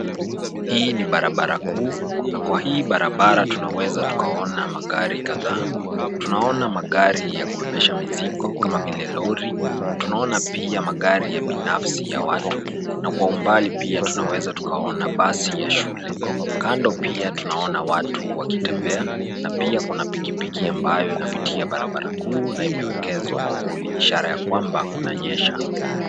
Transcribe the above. Hii ni barabara kuu na kwa hii barabara tunaweza tunaona magari kadhaa. Tunaona magari ya kubebesha mizigo kama vile lori, tunaona pia magari ya kibinafsi ya watu na kwa umbali pia tunaweza tunaona basi la shule. Kando pia tunaona watu wakitembea, na pia kuna pikipiki ambayo inapita barabara kuu na imewekezwa mwavuli ishara kwamba kunanyesha.